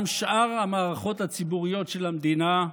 גם שאר המערכות הציבוריות של המדינה,